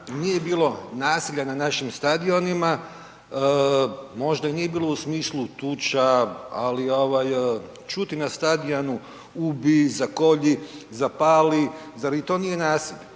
nije bilo nasilja na našim stadionima, možda nije bilo u smislu tuča, ali ovaj čuti na stadionu ubij, zakolji, zapali, zar i to nije nasilje.